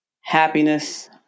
happiness